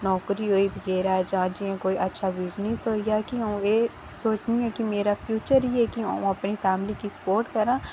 नौकरी होई बगैरा जां कोई अच्छा बिज़नेस होई गेआ कि एह् मेरा फ्यूचर कि अ'ऊं अपनी फैमिली गी स्पोर्ट करां